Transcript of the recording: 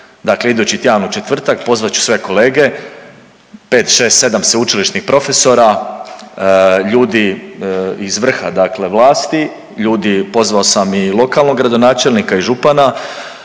Dakle, idući tjedan u četvrtak pozvat ću sve kolege 5,6,7 sveučilišnih profesora, ljudi iz vrha vlasti, ljudi pozvao sam i lokalnog gradonačelnika i župana,